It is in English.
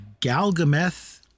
Galgameth